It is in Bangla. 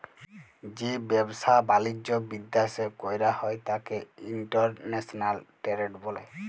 যে ব্যাবসা বালিজ্য বিদ্যাশে কইরা হ্যয় ত্যাকে ইন্টরন্যাশনাল টেরেড ব্যলে